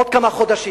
עוד כמה חודשים.